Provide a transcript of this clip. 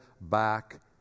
back